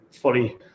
fully